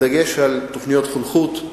בדגש על תוכניות חונכות,